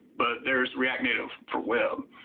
but there's react native for web.